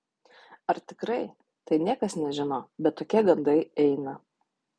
ar tikrai tai niekas nežino bet tokie gandai eina